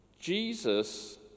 Jesus